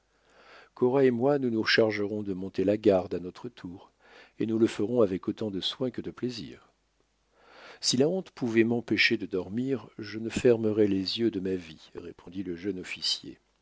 cora et moi nous nous chargerons de monter la garde à notre tour et nous le ferons avec autant de soin que de plaisir si la honte pouvait m'empêcher de dormir je ne fermerais les yeux de ma vie répondit le jeune officier